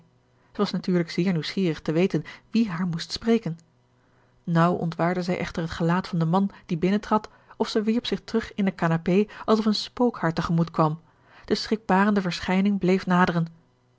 was natuurlijk zeer nieuwsgierig te weten wie haar moest spreken naauw ontwaarde zij echter het gelaat van den man die binnen trad of zij wierp zich terug in de canapé alsof een spook haar te gemoet kwam de schrikbarende verschijning bleef naderen